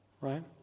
Right